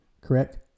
correct